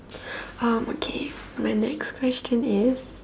um okay my next question is